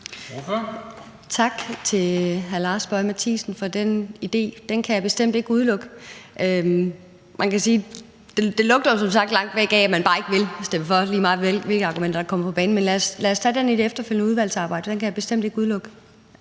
Tak til hr. Lars Boje Mathiesen for den idé. Den kan jeg bestemt ikke udelukke. Man kan sige, at det jo som sagt lugter langt væk af, at man bare ikke vil stemme for, lige meget hvilke argumenter der kommer på banen. Men lad os tage det i det efterfølgende udvalgsarbejde, for det kan jeg bestemt ikke udelukke.